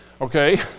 okay